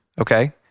okay